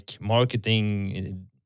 marketing